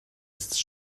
ist